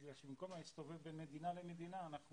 בגלל שבמקום להסתובב בין מדינה למדינה אנחנו